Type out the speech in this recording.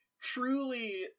truly